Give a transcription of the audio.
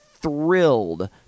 thrilled